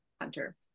hunter